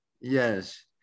Yes